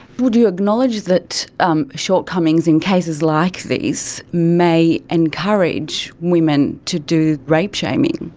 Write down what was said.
would you acknowledge that um shortcomings in cases like these may encourage women to do rape shaming?